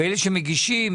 ואלה שמגישים